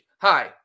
Hi